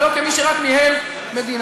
ולא כמי שרק ניהל מדינה.